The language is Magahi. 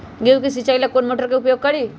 गेंहू के सिंचाई ला कौन मोटर उपयोग करी?